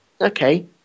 okay